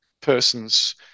persons